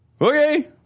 okay